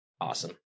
Awesome